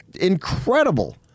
incredible